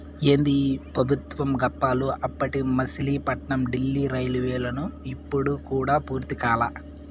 ఏందీ పెబుత్వం గప్పాలు, అప్పటి మసిలీపట్నం డీల్లీ రైల్వేలైను ఇప్పుడు కూడా పూర్తి కాలా